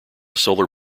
solar